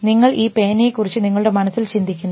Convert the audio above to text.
നിങ്ങൾ ഈ പേനയെ കുറിച്ച് നിങ്ങളുടെ മനസ്സിൽ ചിന്തിക്കുന്നു